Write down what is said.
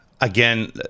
Again